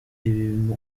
ibi